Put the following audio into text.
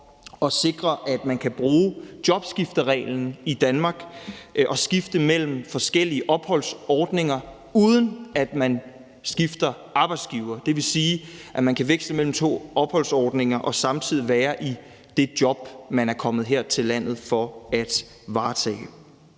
at sikre, at man kan bruge jobskiftereglen i Danmark og skifte mellem forskellige opholdsordninger, uden at man skifter arbejdsgiver. Det vil sige, at man kan veksle mellem to opholdsordninger og samtidig være i det job, man er kommet her til landet for at varetage.